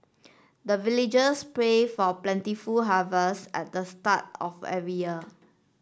the villagers pray for plentiful harvest at the start of every year